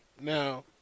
Now